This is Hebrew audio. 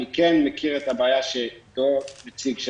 אני כן מכיר את הבעיה שפה הוא הציג,